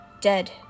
dead